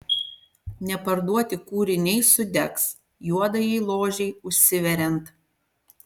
neparduoti kūriniai sudegs juodajai ložei užsiveriant